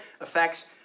affects